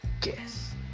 Guess